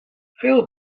veel